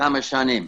לכמה שנים.